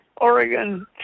Oregon